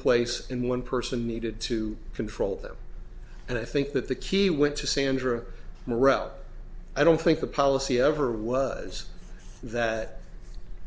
place in one person needed to control them and i think that the key went to sandra morel i don't think the policy ever was that